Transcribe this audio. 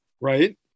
Right